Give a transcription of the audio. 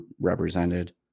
represented